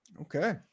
Okay